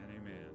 Amen